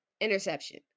Interception